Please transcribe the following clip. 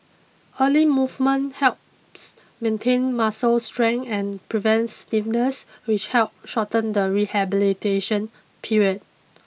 early movement helps maintain muscle strength and prevents stiffness which help shorten the rehabilitation period